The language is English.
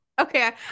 Okay